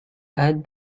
add